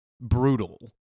brutal